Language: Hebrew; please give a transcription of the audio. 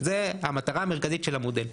זו המטרה המרכזית של המודל.